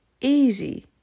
easy